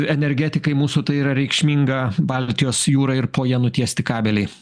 energetikai mūsų tai yra reikšminga baltijos jūra ir po ja nutiesti kabeliai